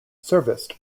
serviced